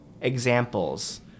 examples